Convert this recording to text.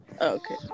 Okay